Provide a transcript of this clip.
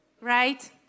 Right